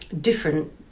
different